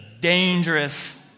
dangerous